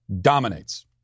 dominates